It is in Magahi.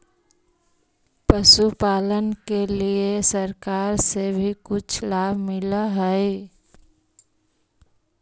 पशुपालन के लिए सरकार से भी कुछ लाभ मिलै हई?